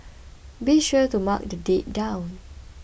be sure to mark the date down